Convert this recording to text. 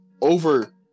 over